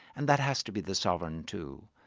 and that has to be the sovereign too.